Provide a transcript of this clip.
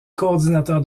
coordinateur